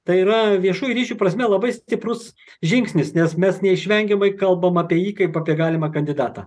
tai yra viešųjų ryšių prasme labai stiprus žingsnis nes mes neišvengiamai kalbam apie jį kaip apie galimą kandidatą